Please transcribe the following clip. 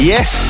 Yes